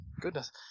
Goodness